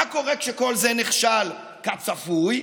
מה קורה כשכל זה נכשל, כצפוי?